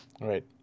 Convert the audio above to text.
Right